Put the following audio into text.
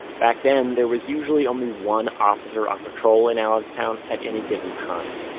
back then, there was usually only one officer on patrol in allenstown at any given time.